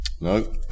No